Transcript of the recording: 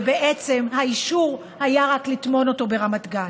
ובעצם האישור היה רק לטמון אותו ברמת גן.